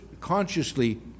consciously